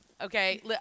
Okay